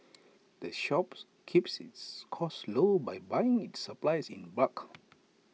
the shop keeps its costs low by buying its supplies in bulk